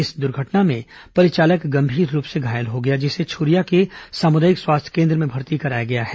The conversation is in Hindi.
इस दुर्घटना में परिचालक गंभीर रूप से घायल हो गया जिसे छुरिया के सामुदायिक स्वास्थ्य केंद्र में भर्ती कराया गया है